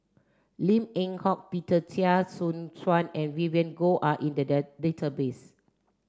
Lin Eng Hock Peter Chia Choo Suan and Vivien Goh are in the database